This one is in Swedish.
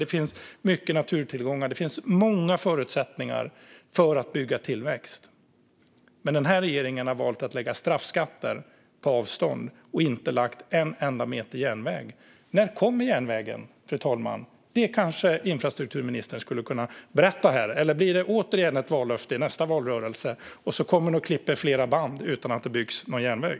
Det finns mycket naturtillgångar. Det finns många förutsättningar för att bygga tillväxt. Den här regeringen har valt att lägga straffskatter på avstånd och har inte lagt en enda meter järnväg. När kommer järnvägen, fru talman? Det kanske infrastrukturministern skulle kunna berätta här. Blir det återigen ett vallöfte i nästa valrörelse, följt av att man kommer och klipper flera band utan att det byggs någon järnväg?